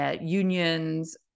unions